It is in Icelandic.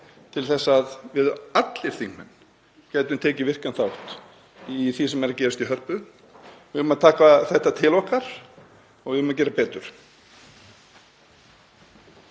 verið ræddar og allir þingmenn gætu tekið virkan þátt í því sem er að gerast í Hörpu. Við eigum að taka þetta til okkar og við eigum að gera betur.